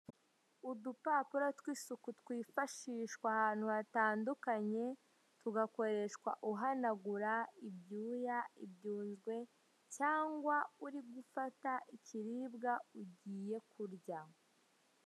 Udupapuro tw'isuku twifashishwa ahantu hatandukanye tugakoreshwa uhanagura: ibyuya, ibyunzwe cyangwa uri gufata ikiribwa ugiye kurya.